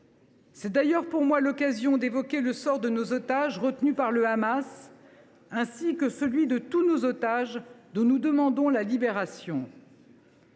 C’est d’ailleurs pour moi l’occasion d’évoquer le sort de nos otages retenus par le Hamas, ainsi que celui de tous nos otages dont nous demandons la libération.